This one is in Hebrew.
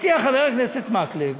מציע חבר הכנסת מקלב